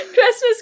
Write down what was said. christmas